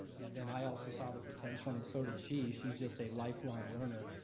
and then i also saw the potential and so did she. she's just a lifelong learner.